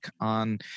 on